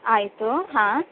ಆಯಿತು ಹಾಂ